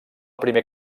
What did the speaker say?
primer